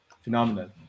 phenomenal